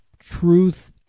truth